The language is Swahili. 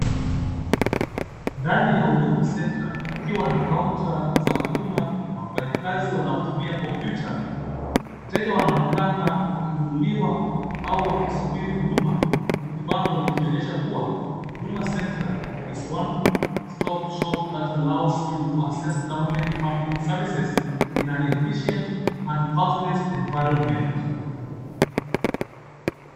Ndani ya huduma center ikiwa na counter za huduma na wafanyikazi wanaotumia kompyuta. Wateja wanaonekana wakihudumiwa au wakisubiri huduma huku bango likionyesha kuwa huduma center is one stop shop that allows you to access government public services in an efficient and countless environment .